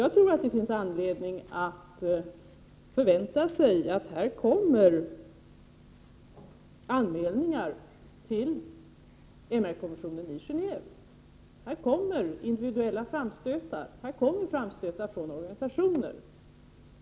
Jag tror att det finns anledning att förvänta sig att det kommer anmälningar till MR-kommissionen i Genéve individuella framstötar och framstötar från organisationer.